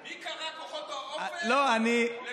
מי קרא "כוחות האופל" למפלגות נבחרות בכנסת?